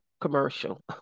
commercial